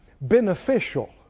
beneficial